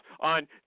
on